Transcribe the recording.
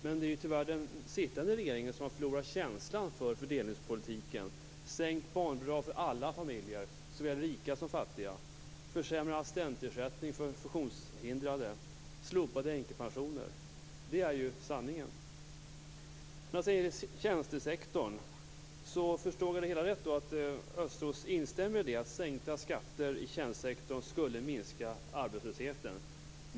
Men tyvärr har den sittande regeringen förlorat känslan för fördelningspolitiken. Man vill sänka barnbidraget för alla familjer, såväl rika som fattiga, försämra assistentersättningen för funktionshindrade och slopa änkepensionerna. Det är sanningen. Efter vad jag förstår instämmer Östros i att sänkta skatter i tjänstesektorn skulle minska arbetslösheten.